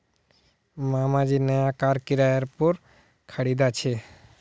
मामा जी नया कार किराय पोर खरीदा छे